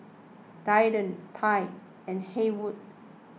Delton Tye and Haywood